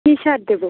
কী সার দেবো